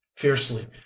Fiercely